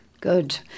Good